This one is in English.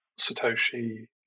Satoshi